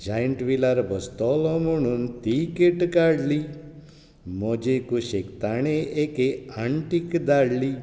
giant व्हिलार बोसतोलो म्हुणून तिकेट काडली म्होजे कुशीक ताणें एके आण्टीक धाडली